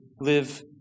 live